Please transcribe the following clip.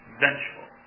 vengeful